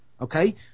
Okay